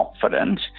confident